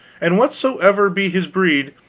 and whatsoever be his breed,